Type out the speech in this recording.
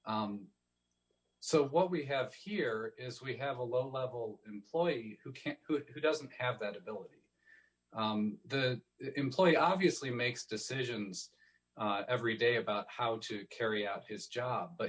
y so what we have here is we have a low level employee who can't who doesn't have that ability the employee obviously makes decisions every day about how to carry out his job but